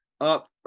up